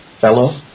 fellow